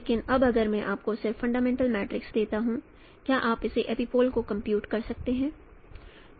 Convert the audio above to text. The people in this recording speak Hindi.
लेकिन अब अगर मैं आपको सिर्फ फंडामेंटल मैट्रिक्स देता हूं क्या आप इसके एपिपोल को कंप्यूट कर सकते हैं